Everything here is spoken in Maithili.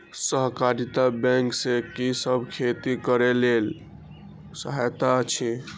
सहकारिता बैंक से कि सब खेती करे के लेल सहायता अछि?